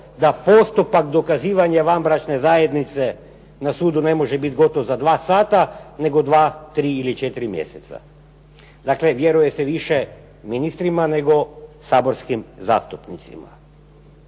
da postupak dokazivanja vanbračne zajednice na sudu ne može biti gotov za dva sata, nego dva, tri ili četiri mjeseca". Dakle, vjeruje se više ministrima, nego saborskim zastupnicima.